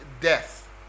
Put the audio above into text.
death